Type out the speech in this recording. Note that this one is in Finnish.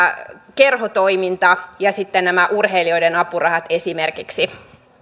kerhotoiminta ja sitten nämä urheilijoiden apurahat esimerkiksi